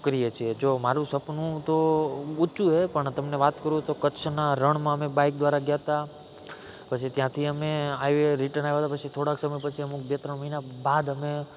કરીએ છે જો મારું સપનું તો ઊચું છે પણ તમને વાત કરું તો કચ્છનાં રણમાં અમે બાઇક દ્વારા ગયા હતા પછી ત્યાંથી અમે આવ્યા રિટર્ન આવ્યા પછી થોડાક સમય પછી અમુક બે ત્રણ મહિના બાદ અમે